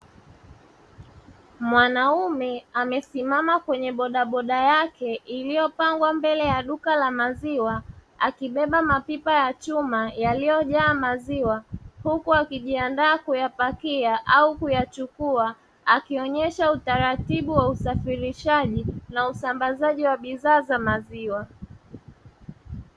Mwanaume amesimama kwenye bodaboda yake iliyopangwa mbele ya duka la maziwa akibeba mapipa ya chuma yaliyojaa maziwa, huku akijiandaa kuyapakia au kuyachukua, akionyesha utaratibu wa usafirishaji na usambazaji wa bidhaa za maziwa.